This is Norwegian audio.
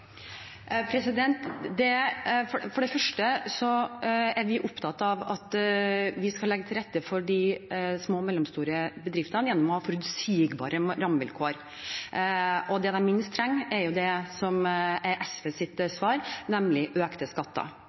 For det første er vi opptatt av at vi skal legge til rette for de små og mellomstore bedriftene gjennom å ha forutsigbare rammevilkår. Det de minst trenger, er det som er SVs svar, nemlig økte skatter.